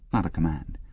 not a command.